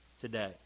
today